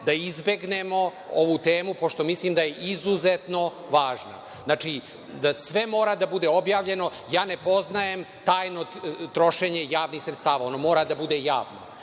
da izbegnemo ovu temu, pošto mislim da je izuzetno važna. Znači, da sve mora da bude objavljeno. Ja ne poznajem tajno trošenje javnih sredstava. Ono mora da bude javno.